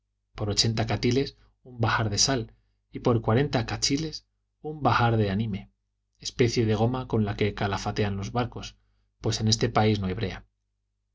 por ochenta cathiles un bahar de sal y por cuarenta cathiles un bahar de anime especie de goma con la que calafatean los barcos pues en este país no hay brea